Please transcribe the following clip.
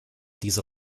dieser